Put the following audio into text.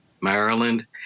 Maryland